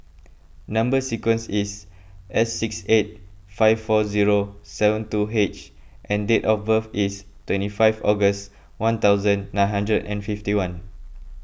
Number Sequence is S six eight five four zero seven two H and date of birth is twenty five August one thousand nine hundred and fifty one